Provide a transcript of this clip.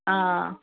ആ